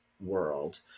world